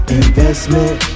investment